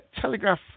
Telegraph